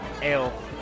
ale